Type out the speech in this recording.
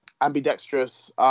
ambidextrous